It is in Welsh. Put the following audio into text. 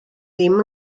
ddim